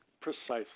precisely